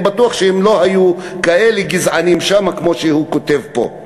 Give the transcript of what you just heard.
אני בטוח ששם הם לא היו כאלה גזענים כמו שהוא כותב פה.